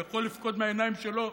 שהוא יכול לבכות מהעיניים שלו,